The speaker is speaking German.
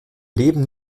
leben